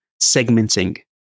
segmenting